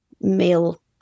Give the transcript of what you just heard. male